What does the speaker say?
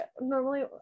normally